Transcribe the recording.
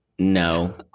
no